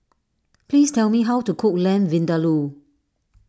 please tell me how to cook Lamb Vindaloo